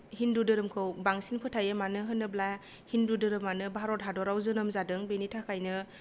हिन्दु धोरोमखौ बांसिन फोथायो मानो होनोब्ला हिन्दु धोरोमानो भारत हादराव जोनोम जादों बेनि थाखायनो